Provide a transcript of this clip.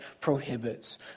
prohibits